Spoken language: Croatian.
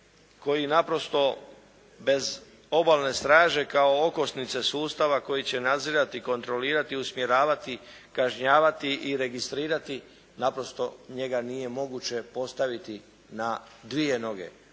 koji naprosto bez obalne straže kao okosnice sustava koji će nadzirati, kontrolirati, usmjeravati, kažnjavati i registrirati naprosto njega nije moguće postaviti na dvije noge.